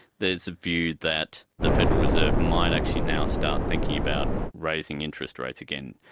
there's a view that the federal reserve might actually now start thinking about raising interest rates again,